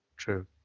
true